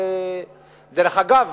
דרך אגב,